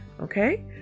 Okay